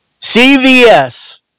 CVS